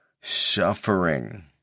suffering